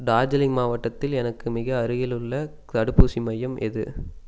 டார்ஜிலிங் மாவட்டத்தில் எனக்கு மிக அருகிலுள்ள தடுப்பூசி மையம் எது